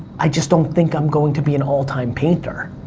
i just don't think i'm going to be an all-time painter.